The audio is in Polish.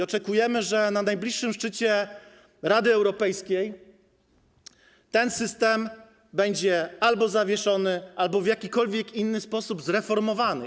Oczekujemy, że na najbliższym szczycie Rady Europejskiej ten system będzie albo zawieszony, albo w jakikolwiek inny sposób zreformowany.